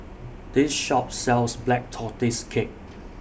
This Shop sells Black Tortoise Cake